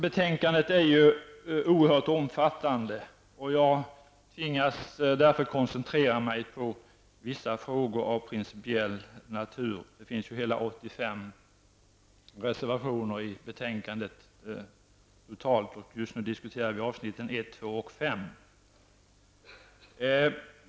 Betänkandet är oerhört omfattande. Därför har jag tvingats koncentrera mig på vissa frågor av principiell natur. Det finns hela 85 reservationer fogade till betänkandet. Just nu diskuterar vi avsnitten I, II och V.